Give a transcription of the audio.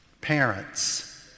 parents